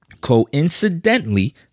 Coincidentally